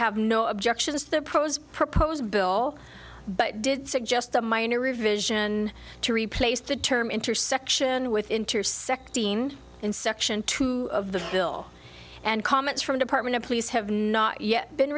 have no objections to the pros proposed bill but did suggest a minor revision to replace the term intersection with intersect dean in section two of the bill and comments from department of police have not yet been